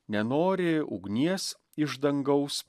nenori ugnies iš dangaus